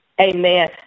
Amen